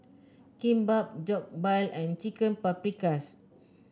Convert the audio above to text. Kimbap Jokbal and Chicken Paprikas